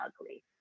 ugly